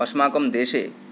अस्माकं देशे